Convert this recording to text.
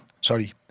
sorry